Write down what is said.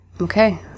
Okay